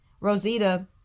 Rosita